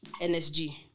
NSG